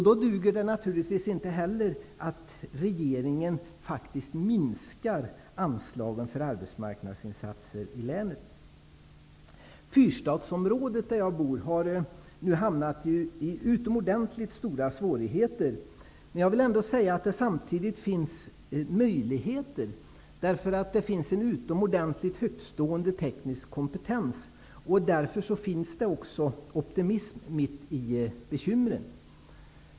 Då duger det naturligtvis inte heller att regeringen minskar anslagen för arbetsmarknadsinsatser i länet. Fyrstadsområdet, där jag bor, har nu utomordentligt stora svårigheter. Jag vill ändå säga att det samtidigt finns möjligheter, därför att det finns en utomordentligt högstående teknisk kompetens. Därför finns det också optimism mitt i bekymren.